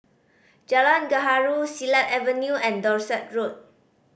Jalan Gaharu Silat Avenue and Dorset Road